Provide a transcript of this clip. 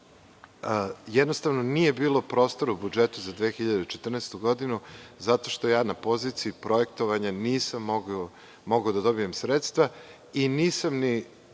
jednostavno nije bilo prostora u budžetu za 2014. godinu zato što na poziciji projektovanja nisam mogao da dobijem sredstva i nisam ni